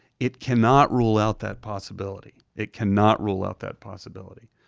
it cannot rule out that possibility. it cannot rule out that possibility.